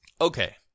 Okay